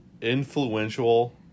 influential